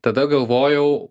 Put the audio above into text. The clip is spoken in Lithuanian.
tada galvojau